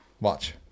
Watch